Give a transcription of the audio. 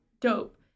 dope